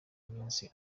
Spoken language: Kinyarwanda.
iminsi